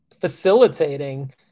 facilitating